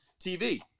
TV